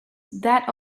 that